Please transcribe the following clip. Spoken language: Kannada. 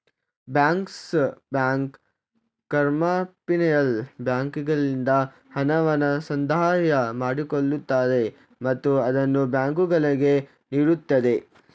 ಬ್ಯಾಂಕರ್ಸ್ ಬ್ಯಾಂಕ್ ಕಮರ್ಷಿಯಲ್ ಬ್ಯಾಂಕ್ಗಳಿಂದ ಹಣವನ್ನು ಸಂದಾಯ ಮಾಡಿಕೊಳ್ಳುತ್ತದೆ ಮತ್ತು ಅದನ್ನು ಬ್ಯಾಂಕುಗಳಿಗೆ ನೀಡುತ್ತದೆ